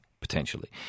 potentially